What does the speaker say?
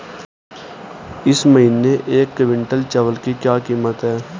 इस महीने एक क्विंटल चावल की क्या कीमत है?